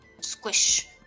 squish